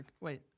Wait